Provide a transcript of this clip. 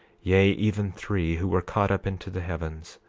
yea, even three who were caught up into the heavens,